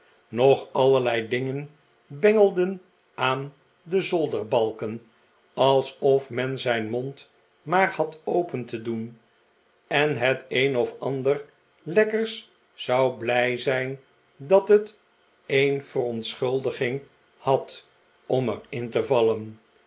nog allerlei dingen bengelden aan de zolderbalken alsof men zijn mond maar had open te doen en het een of ander lekkers zou blij zijn dat het een verontschuldiging had om er in te vallen